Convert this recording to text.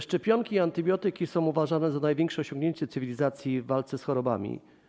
Szczepionki i antybiotyki są uważane za największe osiągnięcie cywilizacji w walce z chorobami.